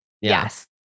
Yes